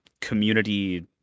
Community